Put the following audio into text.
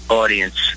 audience